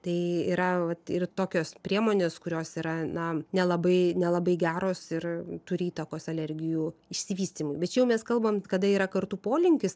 tai yra vat ir tokios priemonės kurios yra na nelabai nelabai geros ir turi įtakos alergijų išsivystymui bet jau mes kalbam kada yra kartu polinkis